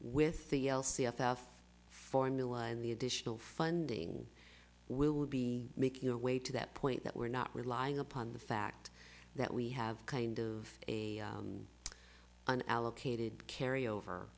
with the l c f f formula and the additional funding we'll be making our way to that point that we're not relying upon the fact that we have kind of a an allocated carry over